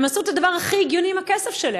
הם עשו את הדבר הכי הגיוני עם הכסף שלהם.